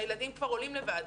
הילדים כבר עולים לוועדות.